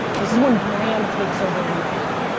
this is when brand takes over reality.